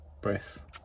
breath